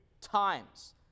times